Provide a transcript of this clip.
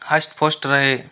हष्ट पुष्ट रहे